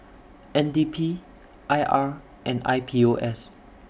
N D P I R and I P O S